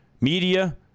media